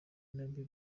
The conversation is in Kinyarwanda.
nabyo